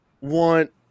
want